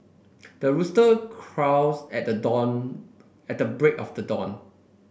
the rooster crows at the dawn at the break of the dawn